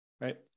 right